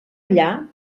allà